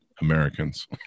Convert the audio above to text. Americans